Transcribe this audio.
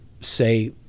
say